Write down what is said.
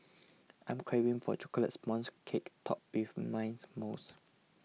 I am craving for a Chocolate Sponge Cake Topped with Mint Mousse